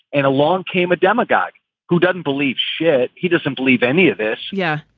and along came a demagogue who doesn't believe shit. he doesn't believe any of this. yeah,